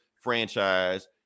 franchise